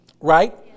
Right